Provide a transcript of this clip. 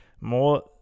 More